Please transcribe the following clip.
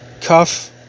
cuff